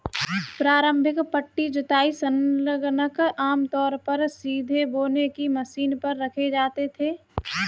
प्रारंभिक पट्टी जुताई संलग्नक आमतौर पर सीधे बोने की मशीन पर रखे जाते थे